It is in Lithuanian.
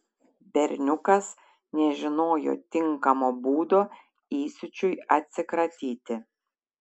berniukas nežinojo tinkamo būdo įsiūčiui atsikratyti